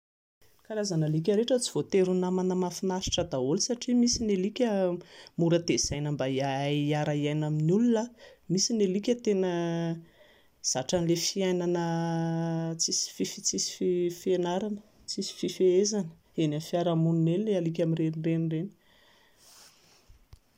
Ny karazana alika rehetra tsy voatery ho namana mahafinaritra daholo satria misy ny alika mora tezaina mba hahay hiara-hiaina amin'ny olona, misy ny alika tena zatra an'ilay fiainana tsisy fif- tsisy fianarana, tsisy fifehezana eny amin'ny fiaraha-monina eny, ilay alika mirenireny ireny